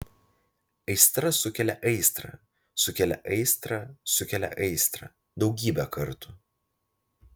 aistra sukelia aistrą sukelia aistrą sukelia aistrą daugybę kartų